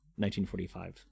1945